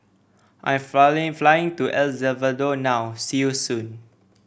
I am flying to El Salvador now see you soon